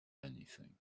anything